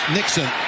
Nixon